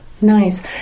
Nice